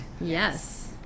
yes